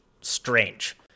strange